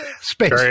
Space